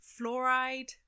fluoride